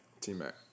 T-Mac